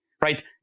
right